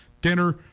dinner